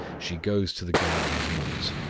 she goes to the garden of nuts.